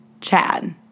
Chad